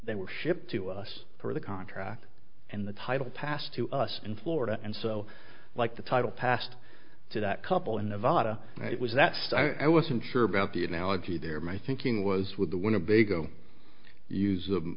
they were shipped to us for the contract and the title passed to us in florida and so like the title passed to that couple in nevada it was that stuff i wasn't sure about the analogy there my thinking was with the winnebago use of